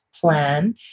plan